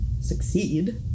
succeed